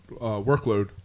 workload